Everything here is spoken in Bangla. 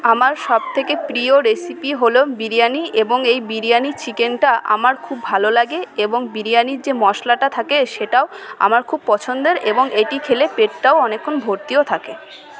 আমার সবথেকে প্রিয় রেসিপি হল বিরিয়ানি এবং এই বিরিয়ানি চিকেনটা আমার খুব ভালো লাগে এবং বিরিয়ানির যে মশলাটা থাকে সেটাও আমার খুব পছন্দের এবং এটি খেলে পেটটাও অনেকক্ষণ ভর্তিও থাকে